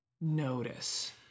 notice